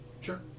sure